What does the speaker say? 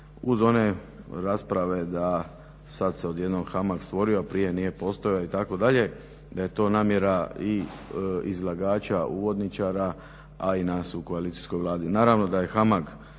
Hvala i vama.